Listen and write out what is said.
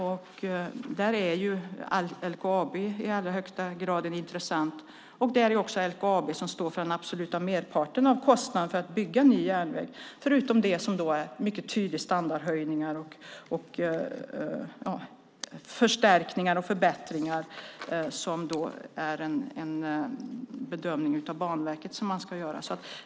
LKAB är i allra högsta grad intressant, och det är LKAB som står för den absoluta merparten av kostnaderna för att bygga en ny järnväg, förutom en mycket tydlig standardhöjning och förbättringar efter en bedömning av Banverket.